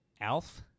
Alf